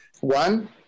One